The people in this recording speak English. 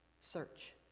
search